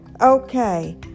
Okay